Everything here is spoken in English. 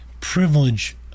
privilege